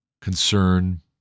concern